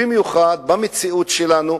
במיוחד במציאות שלנו,